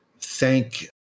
thank